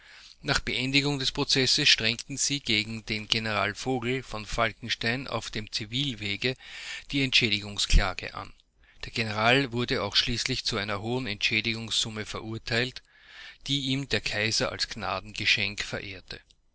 nach beendigung des prozesses strengten sie gegen den general vogel von falckenstein auf dem zivilwege die entschädigungsklage an der general wurde auch schließlich zu einer hohen entschädigungssumme verurteilt die ihm der kaiser als gnadengeschenk verehrte